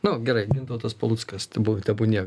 nu gerai gintautas paluckas tai buvo tebūnie